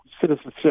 citizenship